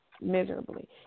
miserably